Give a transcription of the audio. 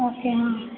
okay हां